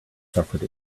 suffered